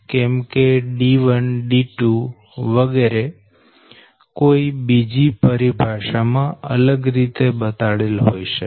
કેમ કે d1 d2 વગેરે કોઈ બીજી પરિભાષા માં અલગ રીતે બતાડેલ હોય શકે